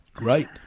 Right